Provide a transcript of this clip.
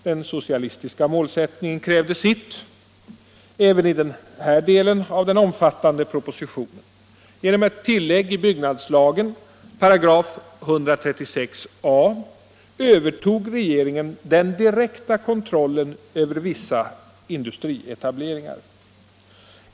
Den socialistiska målsättningen krävde sitt även i den här delen av den omfattande propositionen. Genom ett tillägg i byggnadslagen, § 136 a, övertog regeringen den direkta kontrollen över vissa industrietableringar.